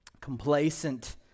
complacent